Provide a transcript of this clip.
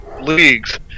leagues